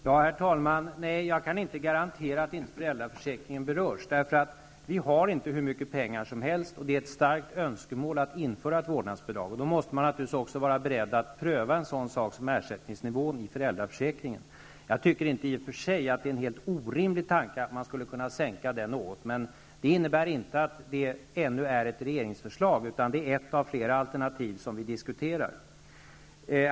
Herr talman! Nej, jag kan inte garantera att föräldraförsäkringen inte berörs. Vi har inte hur mycket pengar som helst, och det är ett starkt önskemål att införa ett vårdnadsbidrag. Då måste man naturligtvis också vara beredd att pröva en sådan sak som ersättningsnivån i föräldraförsäkringen. Jag tycker i och för sig inte att det är en helt orimlig tanke att man skulle sänka den något. Men det innebär inte att det ännu är ett regeringsförslag. Det är ett av flera alternativ som vi diskuterar.